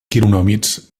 quironòmids